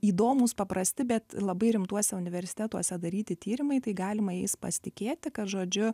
įdomūs paprasti bet labai rimtuose universitetuose daryti tyrimai tai galima jais pasitikėti kad žodžiu